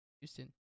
Houston